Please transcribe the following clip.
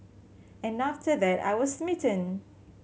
and after that I was smitten